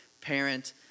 parent